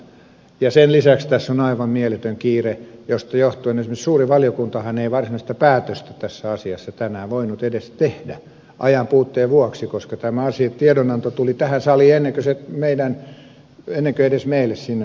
ja sen lisäksi tässä on aivan mieletön kiire josta johtuen esimerkiksi suuri valiokuntahan ei varsinaista päätöstä tässä asiassa tänään voinut edes tehdä ajan puutteen vuoksi koska tämä tiedonanto tuli tähän saliin ennen kuin edes meille sinne suureen valiokuntaan